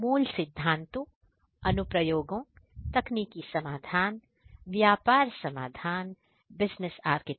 मूल सिद्धांतों अनुप्रयोगों तकनीकी समाधान आदि